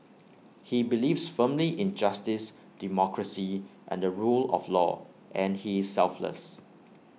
he believes firmly in justice democracy and the rule of law and he is selfless